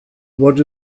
what